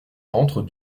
entre